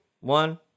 one